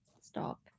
stop